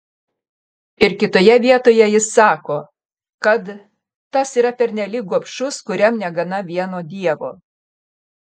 ir kitoje vietoje jis sako kad tas yra pernelyg gobšus kuriam negana vieno dievo